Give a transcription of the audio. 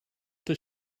does